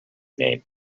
name